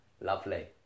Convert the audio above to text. Lovely